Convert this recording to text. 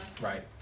Right